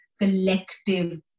collective